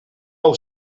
nou